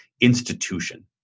institution